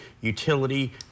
utility